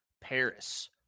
Paris